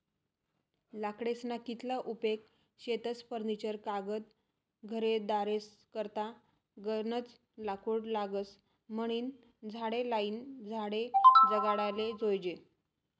लाकडेस्ना कितला उपेग शेतस फर्निचर कागद घरेदारेस करता गनज लाकूड लागस म्हनीन झाडे लायीन झाडे जगाडाले जोयजे